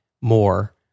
more